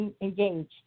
engaged